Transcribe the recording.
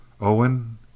Owen